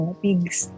pigs